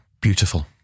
Beautiful